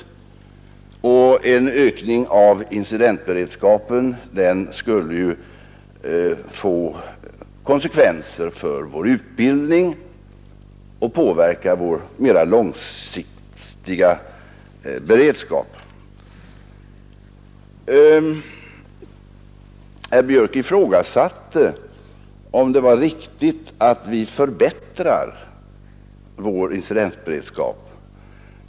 En ökning av incidentberedskapen skulle ju få konsekvenser för vår utbildning och påverka vår mera långsiktiga beredskap. Herr Björck ifrågasatte om det är riktigt att vi förbättrar vår incidentberedskap.